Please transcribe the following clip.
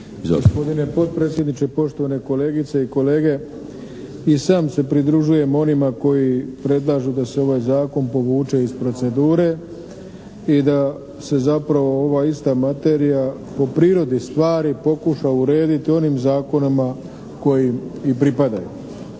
Gospodine potpredsjedniče, poštovani kolegice i kolege i sam se pridružujem onima koji predlažu da se ovaj zakon povuče iz procedure i da se zapravo ova ista materija po prirodi stvari pokuša urediti onim zakonima koji i pripadaju.